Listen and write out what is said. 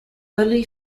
early